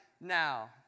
now